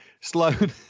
sloan